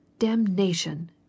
Damnation